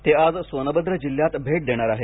ते आज सोनभद्र जिल्ह्यात भेट देणार आहेत